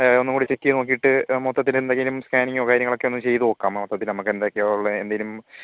ഒന്നുകൂടി ചെക്ക് ചെയ്ത് നോക്കീട്ട് മൊത്തത്തിലെന്തെങ്കിലും സ്കാനിങ്ങോ കാര്യങ്ങളൊക്കെ ഒന്ന് ചെയ്ത് നോക്കാം മൊത്തത്തിൽ നമുക്ക് എന്തൊക്കെയാ ഉള്ളത് എന്തേലും